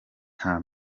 nta